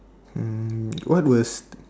um what was